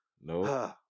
No